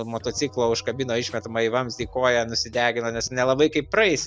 motociklo užkabino išmetamąjį vamzdį koją nusidegino nes nelabai kaip praeisi